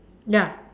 ya